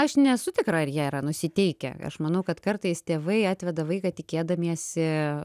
aš nesu tikra ar jie yra nusiteikę aš manau kad kartais tėvai atveda vaiką tikėdamiesi